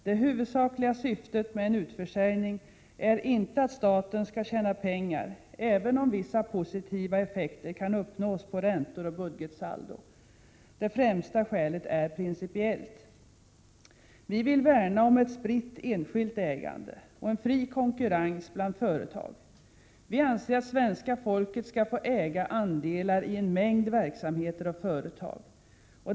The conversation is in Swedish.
Det huvudsakliga syftet med en utförsäljning är inte att staten skall tjäna pengar — även om vissa positiva effekter kan uppnås på räntor och budgetsaldo — utan det främsta skälet är pincipiellt. Vi vill värna om ett spritt enskilt ägande och en fri konkurrens bland företag. Vi anser att svenska folket skall få äga andelar i en mängd verksamheter och företag.